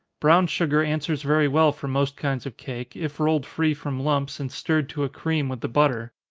brown sugar answers very well for most kinds of cake, if rolled free from lumps, and stirred to a cream with the butter.